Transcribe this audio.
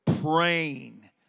praying